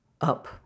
up